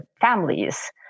families